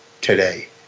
today